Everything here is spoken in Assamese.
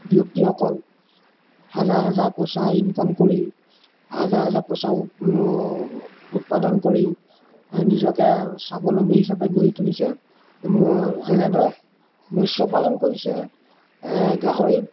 ব্যক্তিসকল হাজাৰ হাজাৰ পইচা ইনকাম কৰি হাজাৰ হাজাৰ পইচা উৎপাদন কৰি নিজকে স্বাৱলম্বী হিচাপে গঢ়ি তুলিছে ম যেনে ধৰক মৎস্য পালন কৰিছে গাহৰি